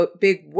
big